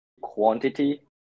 quantity